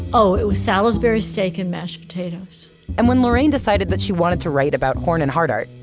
oh, it was salisbury steak and mashed potatoes and when lorraine decided that she wanted to write about horn and hardart,